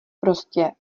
prostě